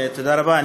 תודה רבה.